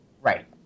Right